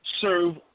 serve